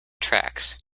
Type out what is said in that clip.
tracks